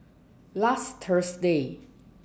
last Thursday